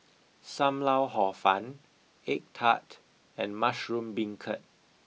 Sam lau hor fun egg Tart and mushroom beancurd